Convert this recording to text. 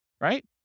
right